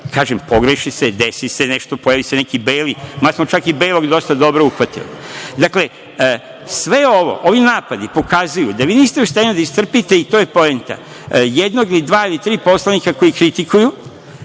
Kažem, pogreši se, desi se nešto, pojavi se neki beli, mada smo čak i belog dosta dobro dosta uhvatili. Ovi napadi pokazuju da vi niste u stanju da istrpite, i to je poenta, jednog, dva ili tri poslanika koji kritikuju,